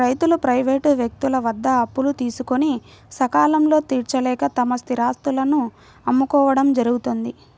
రైతులు ప్రైవేటు వ్యక్తుల వద్ద అప్పులు తీసుకొని సకాలంలో తీర్చలేక తమ స్థిరాస్తులను అమ్ముకోవడం జరుగుతోంది